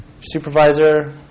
supervisor